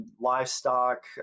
livestock